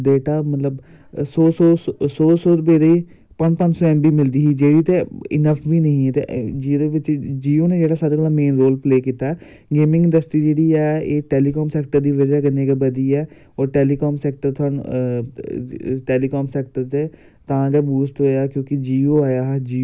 कि केह् देना तुगी खेलनै नै तुगी केह् देना गेमां नै तुगी कक्ख नी ऐ पढ़ाई च ध्यान देओ मैं उंदे परिबार गी चाह्न्नां ऐं कि उंदे सारें चाह्न्नां ओ कि उसी बच्चे रोकना नि उस्सी बच्चेई खेल्लन देओ जिन्ना ओह् खेलना चांह्दा ऐ उस्सी उन्ना खेल्लन देओ मेरे इयै बचार न में गौरमैंट अग्गैं बी अपील करना ऐं कि जिन्नी बी गौरमैंट ऐ एह् सारे बी जेह्ड़े बी है नै फंड होर देन